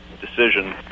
decision